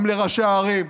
גם לראשי הערים,